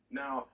now